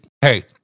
hey